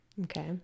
Okay